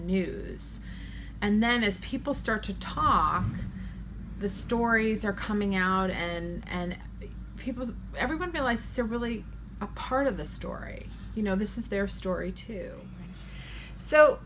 news and then as people start to talk the stories are coming out and people everyone realized really part of the story you know this is their story too so